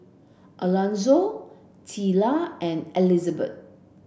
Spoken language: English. Alonzo Teela and Elizabeth